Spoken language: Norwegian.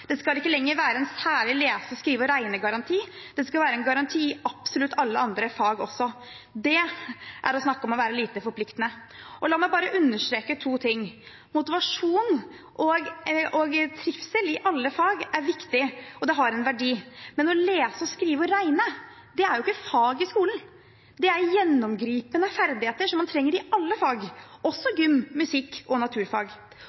Det skal ikke lenger være en særlig lese-, skrive- og regnegaranti; det skal være en garanti som gjelder absolutt alle andre fag også. Det er å være lite forpliktende. La meg bare understreke to ting. Det ene: Motivasjon og trivsel er viktig innenfor alle fag, og det har en verdi. Men når det gjelder det å lese, skrive og regne, er jo ikke det fag i skolen. Det er gjennomgripende ferdigheter som man trenger i alle fag – også i gym, musikk og naturfag.